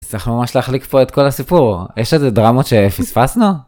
צריך ממש להחליק פה את כל הסיפור. יש איזה דרמות שפספסנו?